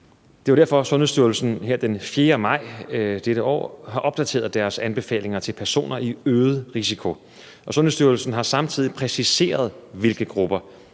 derfor, Sundhedsstyrelsen her den 4. maj i år har opdateret deres anbefalinger til personer i øget risiko. Og Sundhedsstyrelsen har samtidig præciseret, hvilke grupper